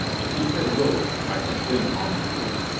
if he had willed it i had been on the turf.